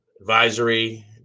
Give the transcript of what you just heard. advisory